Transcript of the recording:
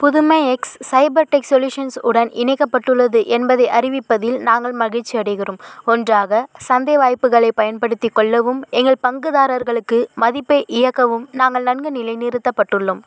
புதுமை X Cyber Tech Solutions உடன் இணைக்கப்பட்டுள்ளது என்பதை அறிவிப்பதில் நாங்கள் மகிழ்ச்சியடைகிறோம் ஒன்றாக சந்தை வாய்ப்புகளைப் பயன்படுத்திக் கொள்ளவும் எங்கள் பங்குதாரர்களுக்கு மதிப்பை இயக்கவும் நாங்கள் நன்கு நிலைநிறுத்தப்பட்டுள்ளோம்